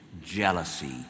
jealousy